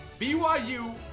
BYU